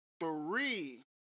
three